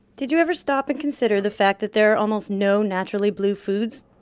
did you ever stop and consider the fact that there are almost no naturally blue foods?